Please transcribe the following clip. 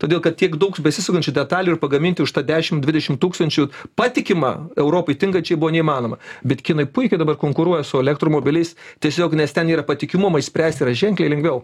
todėl kad tiek daug besisukančių detalių ir pagaminti už tą dešimt dvidešimt tūkstančių patikimą europai tinkančiai buvo neįmanoma bet kinai puikiai dabar konkuruoja su elektromobiliais tiesiog nes ten yra patikimumą išspręst yra ženkliai lengviau